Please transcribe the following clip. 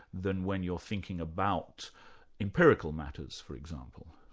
than when you're thinking about empirical matters, for example?